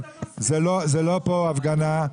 זה לא פה הפגנה,